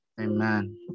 Amen